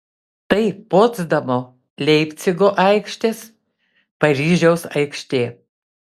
tai potsdamo leipcigo aikštės paryžiaus aikštė